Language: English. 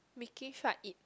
making far it